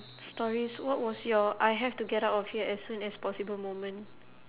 stories what was your I have to get out of here as soon as possible moment